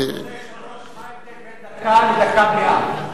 אדוני היושב-ראש, מה הבדל בין דקה לדקה מלאה?